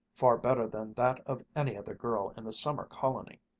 far better than that of any other girl in the summer colony.